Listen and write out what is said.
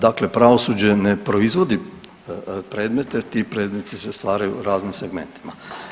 Dakle, pravosuđe ne proizvodi predmeti, ti predmeti se stvaraju raznim segmentima.